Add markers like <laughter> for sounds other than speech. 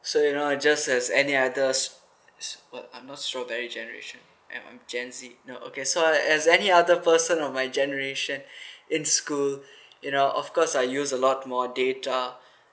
so you know I just has any others what I'm not sure many generation and I'm gen Z no okay so as any other person of my generation <breath> in school you know of course I use a lot more data